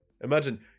Imagine